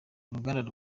uruganda